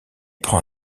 prend